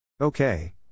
Okay